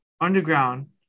underground